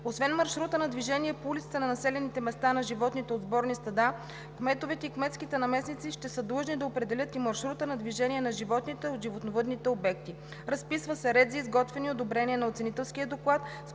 Освен маршрута на движение по улиците на населените места на животните от сборни стада, кметовете и кметските наместници ще са длъжни да определят и маршрута на движение на животните от животновъдните обекти. Разписва се ред за изготвяне и одобрение на оценителския доклад,